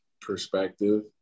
perspective